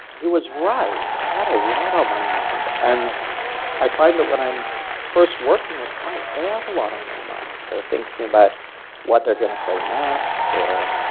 he was right. i had a lot on my mind. and i find that when i'm first working with clients, they have a lot on their mind. they're thinking about what they're going to say next, or